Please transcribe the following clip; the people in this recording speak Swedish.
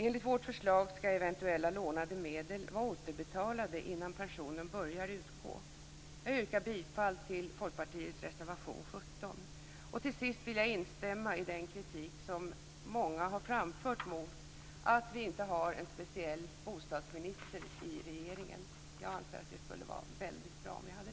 Enligt vårt förslag skall eventuella lånade medel vara återbetalade innan pensionen börjar utgå. Jag yrkar bifall till Folkpartiets reservation 17. Till sist vill jag instämma i den kritik som många har framfört mot att vi inte har en speciell bostadsminister i regeringen. Jag anser att det skulle vara väldigt bra om vi hade det.